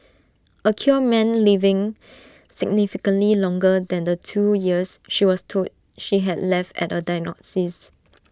A cure meant living significantly longer than the two years she was told she had left at A diagnosis